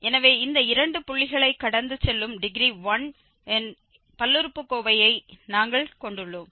எனவே இந்த இரண்டு புள்ளிகளைக் கடந்து செல்லும் டிகிரி 1 இன் பல்லுறுப்புக்கோவையை நாங்கள் கொண்டுள்ளோம்